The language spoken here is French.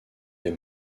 est